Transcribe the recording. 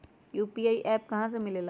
UPI का app कहा से मिलेला?